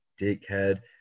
dickhead